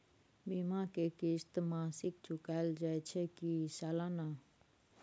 बीमा के किस्त मासिक चुकायल जाए छै की सालाना?